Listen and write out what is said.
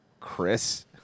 Chris